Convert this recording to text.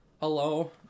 Hello